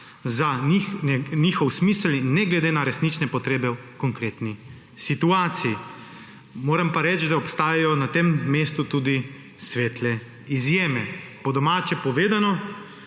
za njihov smisel in ne glede na resnične potrebe v konkretni situaciji. Moram pa reči, da obstajajo na tem mestu tudi svetle izjeme. Po domače povedano,